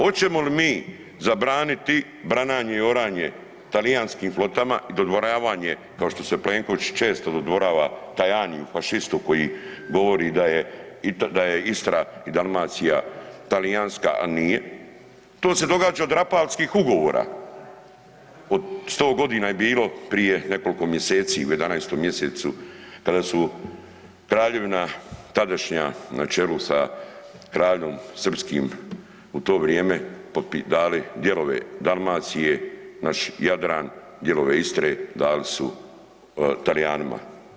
Oćemo li mi zabraniti brananje i oranje talijanskim flotama i dodvoravanje kao što se Plenković često dodvorava Tajaniju, fašistu koji govori da je Istra i Dalmacija talijanska a nije, to se događa od Rapalskih ugovora, 100 g. je bilo prije nekoliko mjeseci, u 11. mj. kada su kraljevina tadašnja na čelu sa kraljem srpskim u to vrijeme dali dijelove Dalmacije, naš Jadran, dijelove Istre, dali su Talijanima.